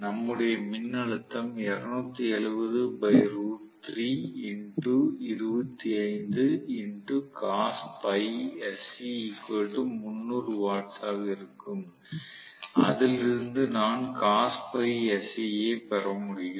நம்முடைய மின்னழுத்தம் ஆகும் அதில் இருந்து நான் ஐப் பெற முடியும்